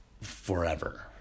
forever